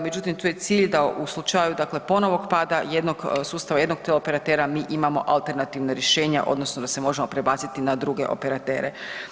Međutim, tu je cilj da u slučaju, dakle ponovnog pada jednog sustava jednog teleoperatera mi imamo alternativna rješenja odnosno da se možemo prebaciti na druge operatere.